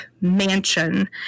mansion